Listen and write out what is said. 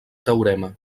teorema